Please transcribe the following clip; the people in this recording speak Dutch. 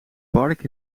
park